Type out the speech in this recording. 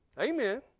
Amen